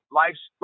life's